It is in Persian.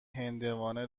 هندوانه